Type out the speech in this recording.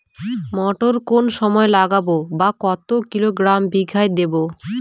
মটর কোন সময় লাগাবো বা কতো কিলোগ্রাম বিঘা দেবো?